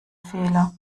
fehler